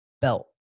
belt